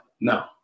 no